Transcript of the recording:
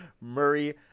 Murray